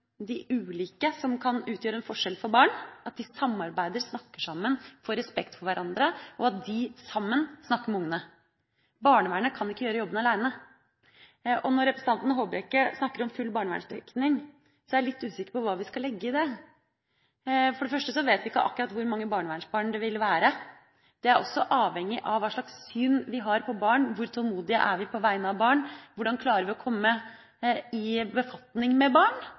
de ulike instansene som kan utgjøre en forskjell for barn, at de samarbeider, snakker sammen, får respekt for hverandre, og at de sammen snakker med ungene. Barnevernet kan ikke gjøre jobben aleine. Når representanten Håbrekke snakker om full barnevernsdekning, er jeg litt usikker på hva vi skal legge i det. For det første vet vi ikke akkurat hvor mange barnevernsbarn det vil være. Det er også avhengig av hva slags syn vi har på barn, hvor tålmodige vi er på vegne av barn, hvordan vi klarer å komme i befatning med barn og stille de riktige spørsmålene som gjør at vi avdekker at barn